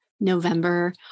November